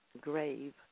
grave